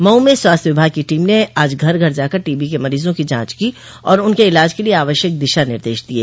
मऊ में स्वास्थ्य विभाग की टीम ने आज घर घर जाकर टीबी के मरीजों की जांच की और उनके इलाज के लिए आवश्यक दिशा निर्देश दिये